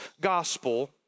gospel